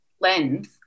lens